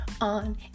on